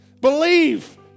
Believe